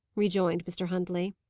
rejoined mr. huntley.